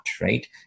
right